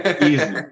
Easy